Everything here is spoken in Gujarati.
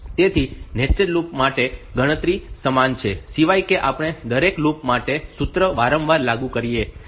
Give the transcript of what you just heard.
તેથી નેસ્ટેડ લૂપ માટે ગણતરી સમાન છે સિવાય કે આપણે દરેક લૂપ માટે સૂત્ર વારંવાર લાગુ કરીએ